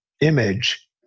image